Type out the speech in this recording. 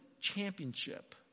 championship